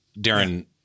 Darren